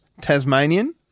Tasmanian